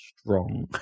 Strong